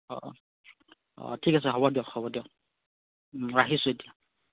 অ অ ঠিক আছে হ'ব দিয়ক হ'ব দিয়ক ওম ৰাখিছোঁ এতিয়া